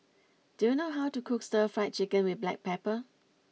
do you know how to cook Stir Fried Chicken with Black Pepper